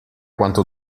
quanto